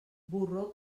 borró